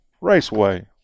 raceway